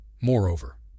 Moreover